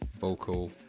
vocal